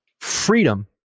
freedom